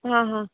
હા હા